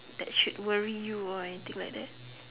that should worry you or anything like that